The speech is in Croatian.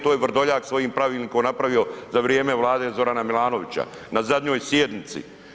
To je Vrdoljak s ovim pravilnikom napravio za vrijeme vlade Zorana Milanovića na zadnjoj sjednici.